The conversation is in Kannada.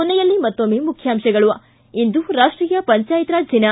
ಕೊನೆಯಲ್ಲಿ ಮತ್ತೊಮ್ಮೆ ಮುಖ್ಯಾಂಶಗಳು ಾ ಇಂದು ರಾಷ್ಷೀಯ ಪಂಚಾಯತ್ ರಾಜ್ ದಿನ